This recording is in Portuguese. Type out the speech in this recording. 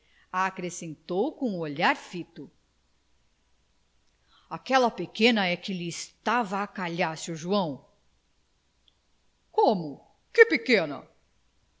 acrescentou com o olhar fito aquela pequena é que lhe estava a calhar seu joão como que pequena